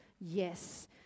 Yes